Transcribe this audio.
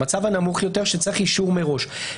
במצב הנמוך יותר שצריך אישור מראש,